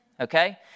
okay